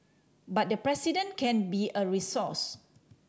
but the President can be a resource